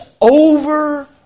over